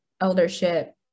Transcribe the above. eldership